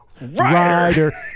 rider